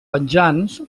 penjants